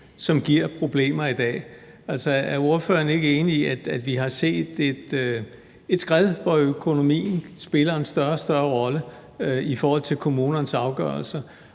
som giver problemer i dag? Er ordføreren ikke enig i, at vi har set et skred, hvor økonomien spiller en større og større rolle i forhold til kommunernes afgørelser?